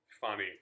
funny